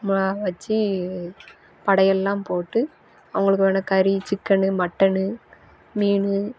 மாவு வச்சி படையல்லாம் போட்டு அவங்களுக்கு வேணுணா கறி சிக்கனு மட்டனு மீன்